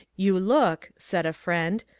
you look, said a friend,